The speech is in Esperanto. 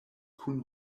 kun